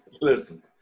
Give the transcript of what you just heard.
Listen